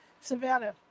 Savannah